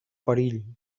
perill